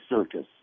circus